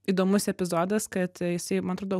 įdomus epizodas kad jisai man atrodo